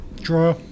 Draw